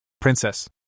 Princess